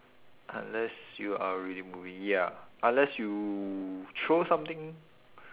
unless you are already moving ya unless you throw something